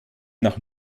nach